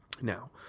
Now